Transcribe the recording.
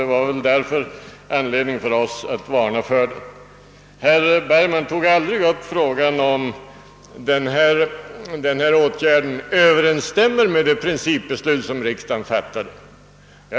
Det är därför anledning att varna för åtgärden. Herr Bergman tog inte upp frågan, huruvida åtgärden överensstämmer med det principbeslut angående förstatligande av polisväsendet som riksdagen fattat.